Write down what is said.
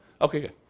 Okay